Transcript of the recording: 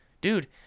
dude